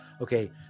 Okay